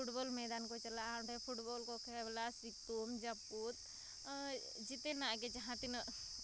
football ᱢᱮᱭᱫᱟᱱᱠᱚ ᱪᱟᱞᱟᱜᱼᱟ ᱚᱸᱰᱮ ᱯᱷᱩᱴᱵᱚᱞᱠᱚ ᱠᱷᱮᱞᱟ ᱥᱤᱛᱩᱝ ᱡᱟᱹᱯᱩᱫ ᱡᱚᱛᱚᱱᱟᱜ ᱜᱮ ᱡᱟᱦᱟᱸ ᱛᱤᱱᱟᱹᱜ